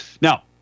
Now